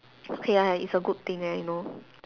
okay ah it's a good thing that I know